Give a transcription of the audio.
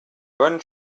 bonne